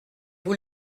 vous